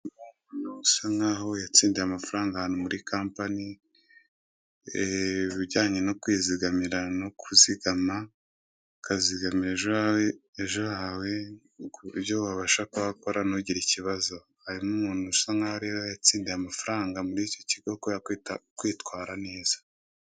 Umugabo wambaye agapfukamunwa, afite icyapa cyanditseho ko uwitwa Ruzindana Fabien yatsindiye miliyoni n'ibihumbi 250 Frw. Bisa nk'aho yayahawe na sosiyete y'ubwishingizi akorana na yo, wenda nk'igihembo cy'uko yitabira neza gahunda zabo.